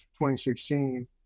2016